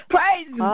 Praise